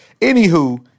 Anywho